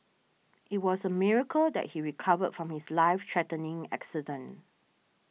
it was a miracle that he recovered from his life threatening accident